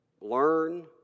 learn